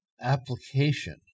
application